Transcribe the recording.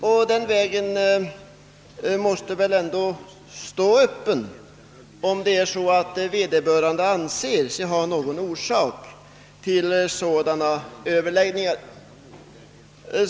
Och den vägen måste väl ändå stå öppen, om vederbörande anser sig ha orsak till sådana överläggningar.